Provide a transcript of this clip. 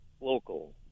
local